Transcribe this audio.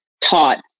taught